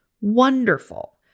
Wonderful